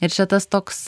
ir čia tas toks